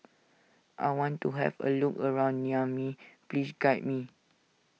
I want to have a look around Niamey please guide me